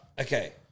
Okay